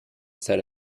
said